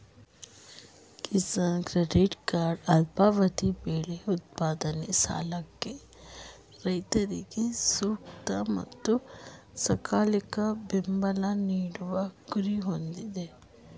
Kisan credit card ಅಲ್ಪಾವಧಿ ಬೆಳೆ ಉತ್ಪಾದನೆ ಸಾಲಕ್ಕೆ ರೈತರಿಗೆ ಸೂಕ್ತ ಮತ್ತು ಸಕಾಲಿಕ ಬೆಂಬಲ ನೀಡುವ ಗುರಿ ಹೊಂದಯ್ತೆ